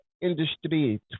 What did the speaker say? Industry